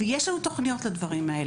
ויש לו תוכניות לדברים האלה.